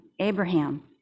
Abraham